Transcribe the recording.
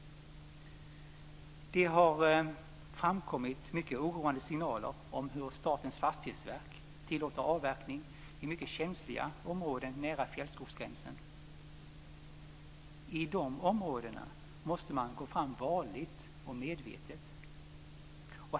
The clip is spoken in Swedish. Det har framkommit mycket oroande signaler om hur Statens fastighetsverk tillåter avverkning i mycket känsliga områden nära fjällskogsgränsen. I de områdena måste man gå fram varligt och medvetet.